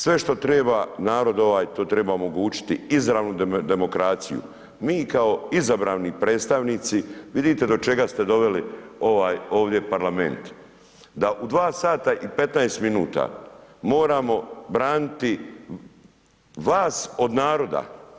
Sve što treba narod ovaj to treba omogućiti izravnu demokraciju, mi kao izabrani predstavnici, vidite do čega ste doveli ovaj ovdje parlament, da u 2 sata i 15 minuta moramo braniti vas od naroda.